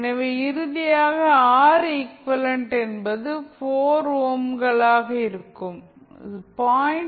எனவே இறுதியாக R equivalent என்பது 4 ஓம்களாக இருக்கும் 0